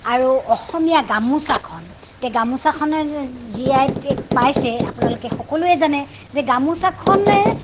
আৰু অসমীয়া গামোচাখন এতিয়া গামোচাখনে জি আই টেগ পাইছে আপোনালোকে সকলোৱে জানে যে গামোচাখনে